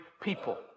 people